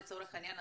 לצורך העניין,